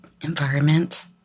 environment